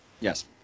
Yes